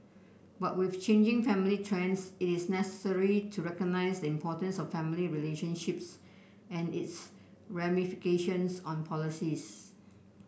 but with changing family trends it is necessary to recognise the importance of family relationships and its ramifications on policies